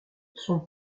son